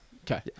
Okay